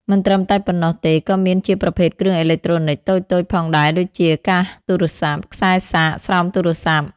មិនត្រឹមតែប៉ុណ្ណោះទេក៏មានជាប្រភេទគ្រឿងអេឡិចត្រូនិចតូចៗផងដែរដូចជា កាសទូរស័ព្ទ ខ្សែសាក ស្រោមទូរស័ព្ទ ។